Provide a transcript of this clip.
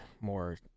more